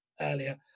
earlier